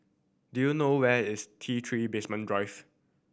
do you know where is T Three Basement Drive